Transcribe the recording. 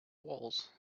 walls